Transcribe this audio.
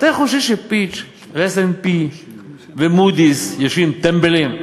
אתם חושבים שב"פיץ'" וב-S&P וב"מודי'ס" יושבים טמבלים?